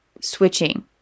switching